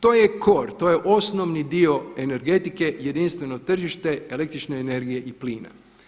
To je core, to je osnovni dio energetike jedinstveno tržište električne energije i plina.